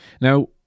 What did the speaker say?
Now